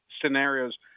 scenarios